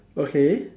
okay